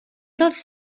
dels